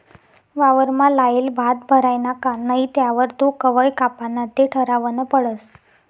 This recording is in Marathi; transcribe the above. वावरमा लायेल भात भरायना का नही त्यावर तो कवय कापाना ते ठरावनं पडस